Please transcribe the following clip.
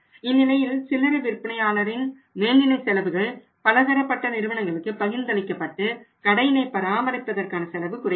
இந்நிலையில் சில்லறை விற்பனையாளரின் மேல்நிலை செலவுகள் பலதரப்பட்ட நிறுவனங்களுக்கு பகிர்ந்தளிக்கப்படுவதால் கடையினை பராமரிப்பதற்கான செலவு குறைகிறது